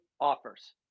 offers